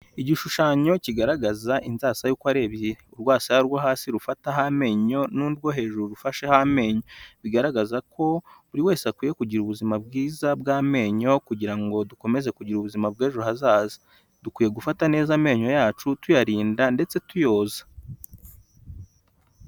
Igishushanyo kigaragaza inzasaya uko ari ebyiri urwasaya rwo hasi rufataho amenyo n'urwo hejuru rufashe amenyo bigaragaza ko buri wese akwiye kugira ubuzima bwiza bw'amenyo kugira ngo dukomeze kugira ubuzima bw'ejo hazaza dukwiye gufata neza amenyo yacu tuyarinda ndetse tuyoza.